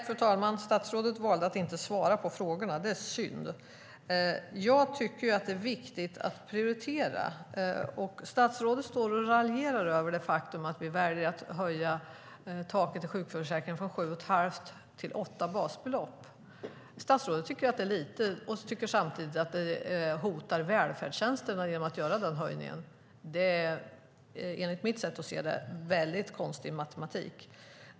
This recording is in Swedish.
Fru talman! Statsrådet valde att inte svara på frågorna, och det är synd. Jag tycker att det är viktigt att prioritera. Statsrådet raljerar över det faktum att vi väljer att höja taket i sjukförsäkringen från sju och ett halvt till åtta basbelopp. Statsrådet tycker att det är lite och tycker samtidigt att det hotar välfärdstjänsterna om vi gör den höjningen. Enligt mitt sätt att se det är det en väldigt konstig matematik.